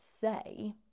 say